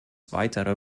weitere